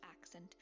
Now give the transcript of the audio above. accent